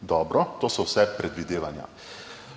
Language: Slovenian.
Dobro, to so vse predvidevanja.